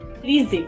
please